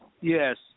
Yes